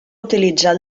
utilitzar